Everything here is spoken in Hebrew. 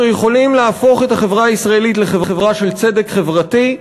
אנחנו יכולים להפוך את החברה הישראלית לחברה של צדק חברתי.